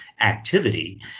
activity